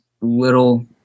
little